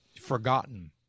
forgotten